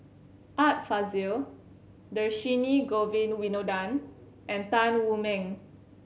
Art Fazil Dhershini Govin Winodan and Tan Wu Meng